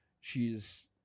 she's-